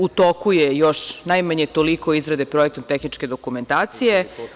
U toku je još najmanje toliko izrade projektno-tehničke dokumentacije.